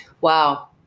Wow